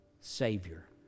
Savior